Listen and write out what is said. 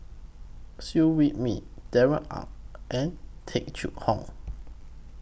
Wee Mee Darrell Ang and Tung Chye Hong